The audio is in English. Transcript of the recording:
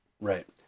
right